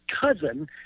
cousin